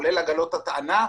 כולל עגלות הטענה,